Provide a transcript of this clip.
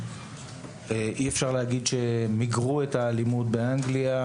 ואי אפשר להגיד שמיגרו את האלימות באנגליה,